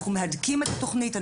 אנחנו מהדקים את התוכנית,